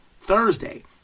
Thursday